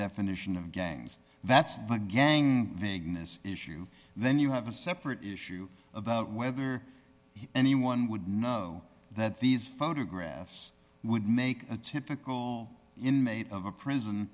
definition of gangs that's like gang vagueness issue then you have a separate issue about whether anyone would know that these photographs would make a typical inmate of a prison